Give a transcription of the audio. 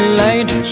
light